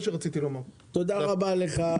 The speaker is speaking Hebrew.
תודה רבה לך.